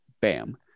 bam